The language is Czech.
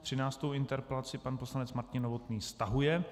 Třináctou interpelaci pan poslanec Martin Novotný stahuje.